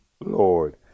Lord